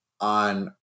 on